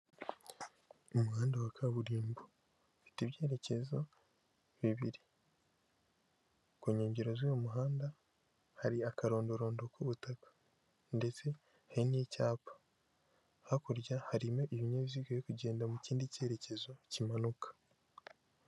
Umuhanda wa kaburimbo ufite ibyerekezo bibiri ku nkengero z'uyu muhanda hari akarondorondo k'ubutaka, ndetse hari n'icyapa hakurya harimo ibinyabiziga kugenda mu kindi cyerekezo kimanuka.